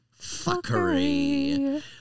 fuckery